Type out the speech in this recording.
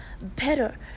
better